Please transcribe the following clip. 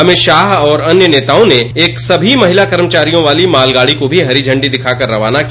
अमित शाह और अन्य नेताओं ने एक सभी महिला कर्मचारियों वाली मालगाडी को भी हरी झण्डी दिखाकर रवाना किया